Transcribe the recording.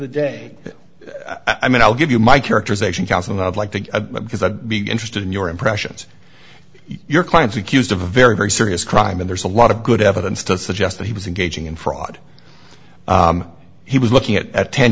the day i mean i'll give you my characterization counsel now i'd like to because i'd be interested in your impressions of your clients accused of a very very serious crime and there's a lot of good evidence to suggest that he was engaging in fraud he was looking at at ten